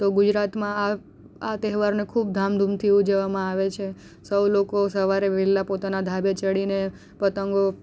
તો ગુજરાતમાં આ આ તહેવારને ખૂબ ધામધૂમથી ઉજવવામાં આવે છે સૌ લોકો સવારે વહેલાં પોતાનાં ધાબે ચડીને પતંગો